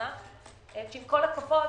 שעם כל הכבוד,